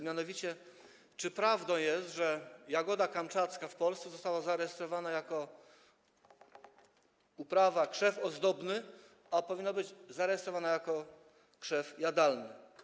Mianowicie czy prawdą jest, że jagoda kamczacka w Polsce została zarejestrowana jako krzew ozdobny, a powinna być zarejestrowana jako krzew jadalny?